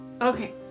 Okay